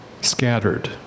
scattered